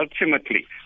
ultimately